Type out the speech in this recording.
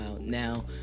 now